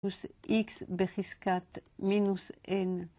מינוס איקס בחזקת מינוס אין.